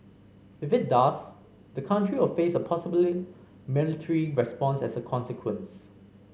if it does the country will face a possibly military response as a consequence